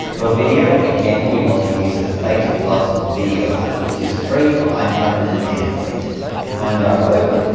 for video again we want to use the theta plus video app which is free for iphone and android find our clip